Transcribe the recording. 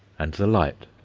and the light.